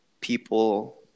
people